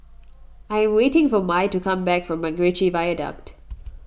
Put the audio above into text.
I am waiting for Mai to come back from MacRitchie Viaduct